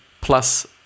plus